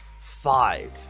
Five